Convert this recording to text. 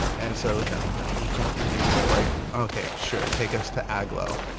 and so the general drafting company people are like, okay, sure, take us to agloe.